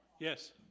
Yes